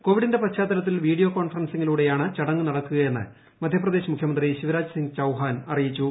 കോവിഡിന്റെ പശ്ചാത്തലത്തിൽ വീഡിയോ കോൺഫറൻസിംഗിലൂടെയാണ് ചടങ്ങ് നടക്കുകയെന്ന് മധ്യപ്രദേശ് മുഖ്യമന്ത്രി ശിവരാജ് സിംഗ് ചൌഹാൻ അറിയിച്ചു